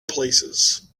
places